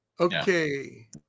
Okay